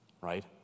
right